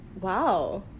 Wow